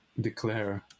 declare